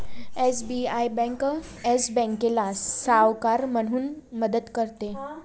SBI bank Yes बँकेला सावकार म्हणून मदत करते